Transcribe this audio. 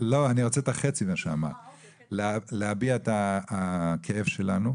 אני רוצה להביע את הכאב שלנו.